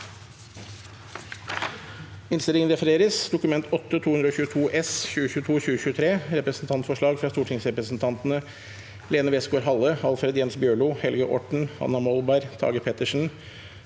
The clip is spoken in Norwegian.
Innstilling fra næringskomiteen om Representantforslag fra stortingsrepresentantene Lene WestgaardHalle, Alfred Jens Bjørlo, Helge Orten, Anna Molberg, Tage Pettersen